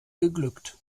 geglückt